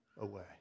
away